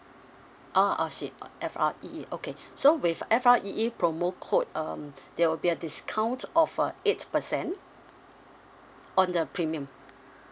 ah I see F R E E okay so with F R E E promo code um there will be a discount of a eight percent on the premium